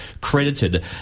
credited